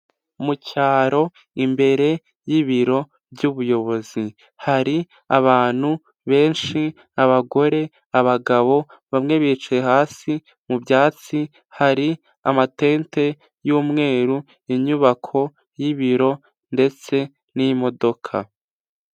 Mu cyaro imbere y'ibiro by'ubuyobozi hari abantu benshi, abagore, abagabo, bamwe bicaye hasi mu byatsi, hari amatete y'umweru, inyubako y'ibiro ndetse n'imodoka.